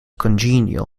congenial